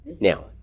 Now